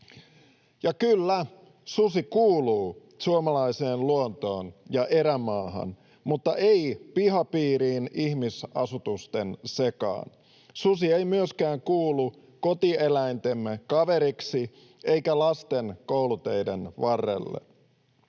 Ja kyllä, susi kuuluu suomalaiseen luontoon ja erämaahan, mutta ei pihapiiriin ihmisasutusten sekaan. Susi ei myöskään kuulu kotieläintemme kaveriksi eikä lasten kouluteiden varrelle.